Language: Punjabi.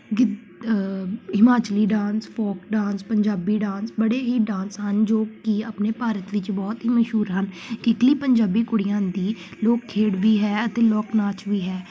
ਗਿੱਧ Himachali dance folk dance Punjabi dance ਬੜੇ ਹੀ ਡਾਂਸ ਹਨ ਜੋ ਕਿ ਆਪਣੇ ਭਾਰਤ ਵਿੱਚ ਬਹੁਤ ਹੀ ਮਸ਼ਹੂਰ ਹਨ ਕਿੱਕਲੀ ਪੰਜਾਬੀ ਕੁੜੀਆਂ ਦੀ ਲੋਕ ਖੇਡ ਵੀ ਹੈ ਅਤੇ ਲੋਕ ਨਾਚ ਵੀ ਹੈ